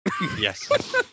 yes